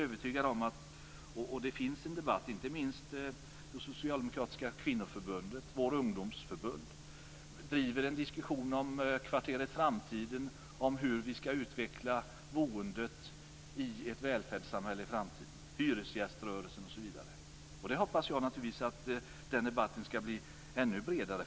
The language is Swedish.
Inte minst det socialdemokratiska kvinnoförbundet och vårt ungdomsförbund för en diskussion om kvarteret Framtiden och om hur boendet skall utvecklas i ett välfärdssamhälle i framtiden, hur hyresgäströrelsen kan utvecklas osv. Jag hoppas naturligtvis att den debatten blir ännu bredare.